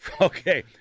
Okay